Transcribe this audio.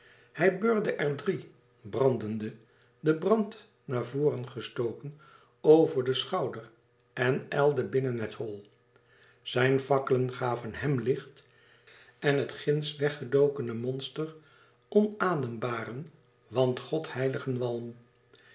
hij beurde er drie brandende den brand naar voren gestoken over den schouder en ijlde binnen het hol zijn fakkelen gaven hèm licht en het ginds weg gedokene monster onadembaren want godeheiligen walm